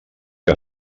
que